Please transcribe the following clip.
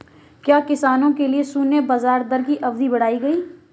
क्या किसानों के लिए शून्य ब्याज दर की अवधि बढ़ाई गई?